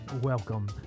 Welcome